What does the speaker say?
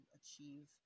achieve